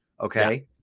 Okay